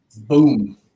boom